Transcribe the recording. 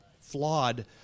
flawed